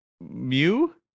Mew